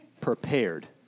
prepared